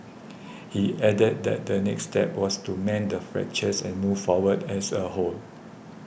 he added that the next step was to mend the fractures and move forward as a whole